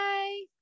Bye